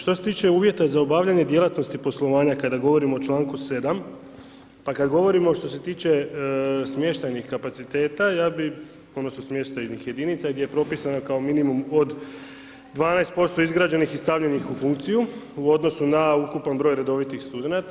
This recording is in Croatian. Što se tiče uvjeta za obavljanje djelatnosti poslovanja, kada govorim o čl. 7. pa kada govorimo što se tiče smještajnih kapaciteta, ja bi odnosno, smještajnih jedinica, gdje je propisan, kao minimum od 12% izgrađenih i stavljenih u funkciju, u odnosu na ukupan broj redovitih studenata.